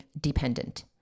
dependent